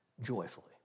joyfully